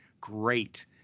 great